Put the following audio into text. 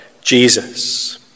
Jesus